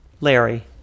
Larry